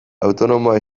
autonomoa